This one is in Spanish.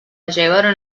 llevaron